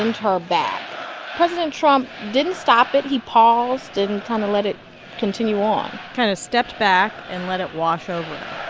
and her back president trump didn't stop it. he paused and kind of let it continue on kind of stepped back and let it wash over